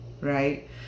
right